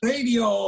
Radio